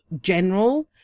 general